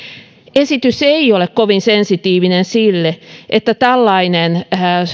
esitys ei ole kovin sensitiivinen sille että tällainen